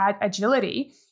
agility